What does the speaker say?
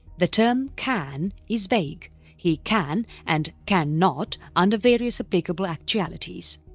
the term can is vague he can and can not under various applicable actualities.